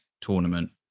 tournament